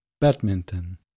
badminton